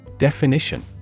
Definition